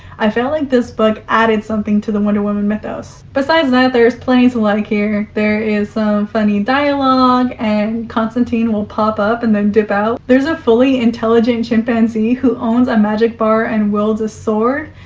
i felt like this book added something to the wonder woman mythos. besides that, there's plenty to like here. there is some funny dialogue and constantine will pop up and then dip out. there's a fully intelligent chimpanzee who owns a magic bar and wields a sword.